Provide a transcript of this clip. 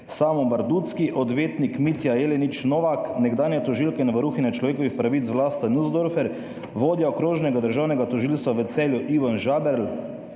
Samo Bardutzky, odvetnik Mitja Jelenič Novak, nekdanja tožilka in varuhinja človekovih pravic Vlasta Nussdorfer, vodja okrožnega državnega tožilstva v Celju Ivan Žaberl